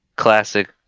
classic